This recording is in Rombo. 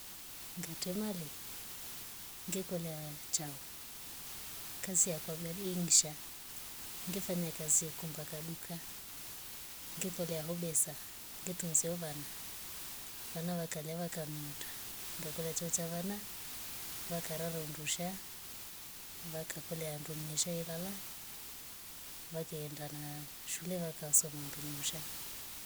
Ye kaziye tema ngatema lee ngikolya chao. kazi ya badi nngasha ngefanya kazi ya kumbaka duka. ngekolya hoo besa ngetunzia vho wana. vwana wakalawa kanuta ngekula cho chawana vakararo ndushai vakakulya ndo ngesha elala vake enda na shule wakasoma ndungusha